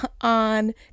on